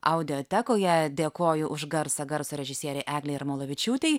audiotekoje dėkoju už garsą garso režisierei eglei jarmolavičiūtei